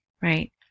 right